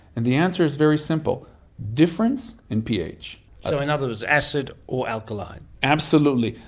and the answer is very simple difference in ph. so in other words, acid or alkaline. absolutely.